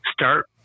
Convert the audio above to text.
Start